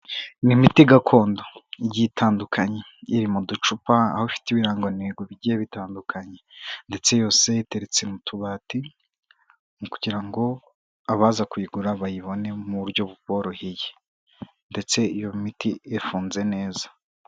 Ni imiti gakondo igiye itandukanye iri mu ducupa aho ifite ibirangantego bigiye bitandukanye, ndetse yose iteretse mu tubati kugira ngo abaza kuyigura bayibone mu buryo buboroheye ndetse iyo miti ifunze neza.